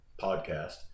podcast